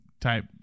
type